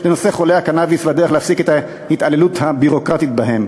לנושא חולי הקנאביס והדרך להפסיק את ההתעללות הביורוקרטית בהם.